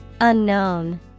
Unknown